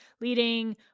leading